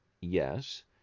Yes